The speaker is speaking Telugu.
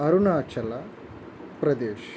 అరుణాచల ప్రదేశ్